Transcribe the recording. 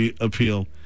appeal